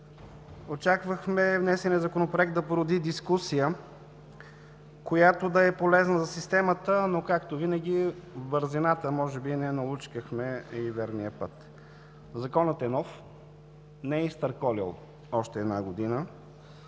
Очаквахме внесеният Законопроект да породи дискусия, която да е полезна за системата, но както винаги в бързината може би не налучкахме и верния път. Законът е нов, не е изтърколил още една година,